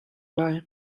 lai